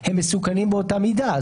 הם מסוכנים באותה מידה.